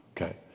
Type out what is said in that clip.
Okay